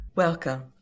Welcome